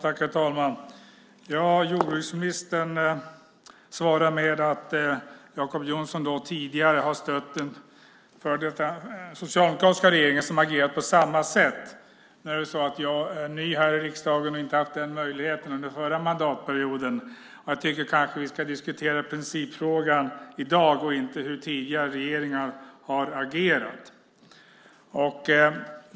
Herr talman! Jordbruksministern svarar med att jag tidigare har stött den socialdemokratiska regeringen som har agerat på samma sätt. Jag är ny här i riksdagen och har inte haft den möjligheten under den förra mandatperioden. Jag tycker kanske att vi ska diskutera principfrågan i dag och inte hur tidigare regeringar har agerat.